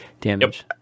damage